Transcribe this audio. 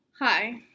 Hi